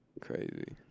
crazy